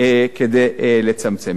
דרך אגב, גם לגבי נוער בסיכון.